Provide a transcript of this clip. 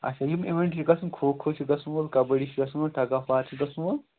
اچھا یِم اِوٮ۪نٹ یہِ گژھُن کھو کھو چھِ گژھَن وول کَبَڑی چھِ گژھَن وول ٹَگ آف وار چھِ گژھَن وول